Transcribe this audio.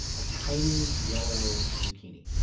a tiny yellow zucchini.